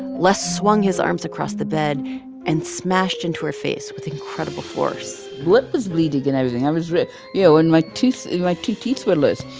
les swung his arms across the bed and smashed into her face with incredible force my lip was bleeding and everything. i was you know, and my tooth like, two teeth were loose.